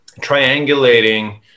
triangulating